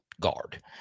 guard